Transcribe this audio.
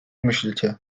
myślicie